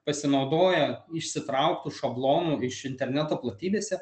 pasinaudoję išsitrauktu šablonu iš interneto platybėse